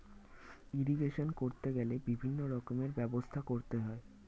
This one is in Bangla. ইরিগেশন করতে গেলে বিভিন্ন রকমের ব্যবস্থা করতে হয়